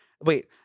Wait